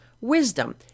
wisdom